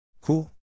Cool